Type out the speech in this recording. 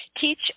teach